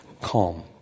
Calm